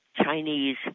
Chinese